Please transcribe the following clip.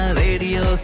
radio